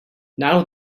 now